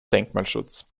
denkmalschutz